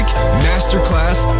Masterclass